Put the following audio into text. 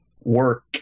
work